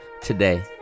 today